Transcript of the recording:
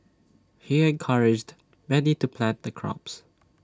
he encouraged many to plant the crops